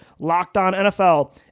LockedOnNFL